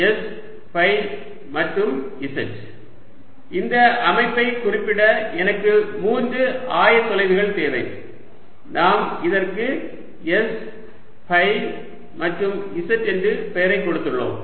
s phi மற்றும் z இந்த அமைப்பைக் குறிப்பிட எனக்கு மூன்று ஆயத்தொலைவுகள் தேவை நாம் இதற்கு s ஃபை மற்றும் z என்று பெயரை கொடுத்துள்ளோம்